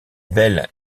belle